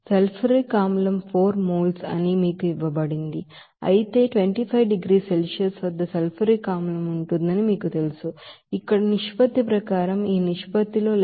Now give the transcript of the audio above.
sulphuric acid 4 moles అని మీకు ఇవ్వబడింది అయితే 25 డిగ్రీల సెల్సియస్ వద్ద సల్ఫ్యూరిక్ ಆಸಿಡ್ ఉంటుందని మీకు తెలుసు ఇక్కడ నిష్పత్తి ప్రకారం ఈ నిష్పత్తిలో 11